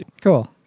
cool